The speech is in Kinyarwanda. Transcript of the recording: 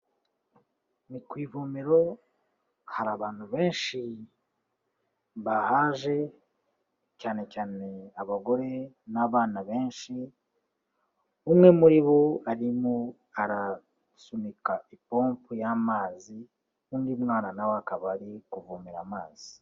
Ni ku ivomero, hari abantu benshi bahaje cyane cyane abagore n'abana benshi, umwe muri bo arimo arasunika ipompo y'amazi n'undi mwana na we akaba ari kuvomera amazi.